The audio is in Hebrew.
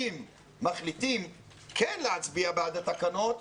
אם מחליטים כן להצביע בעד התקנות,